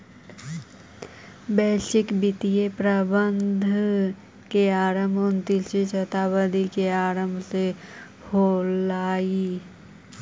वैश्विक वित्तीय प्रबंधन के आरंभ उन्नीसवीं शताब्दी के आरंभ से होलइ